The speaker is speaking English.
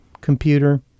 computer